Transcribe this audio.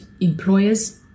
employers